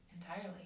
entirely